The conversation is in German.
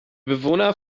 bewohner